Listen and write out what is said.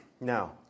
Now